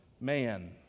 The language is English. man